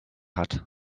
hat